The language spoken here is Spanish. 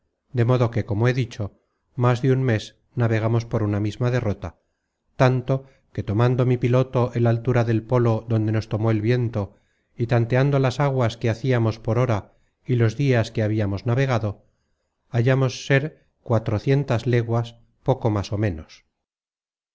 de modo que como he dicho más de un mes navegamos por una misma derrota tanto que tomando mi piloto el altura del polo donde nos tomó el viento y tanteando las aguas que haciamos por hora y los dias que habiamos navegado hallamos ser cuatrocientas leguas poco más o menos